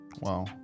wow